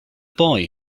boy